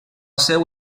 seu